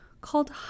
called